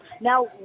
Now